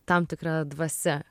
tam tikra dvasia